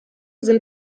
sind